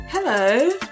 Hello